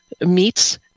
meats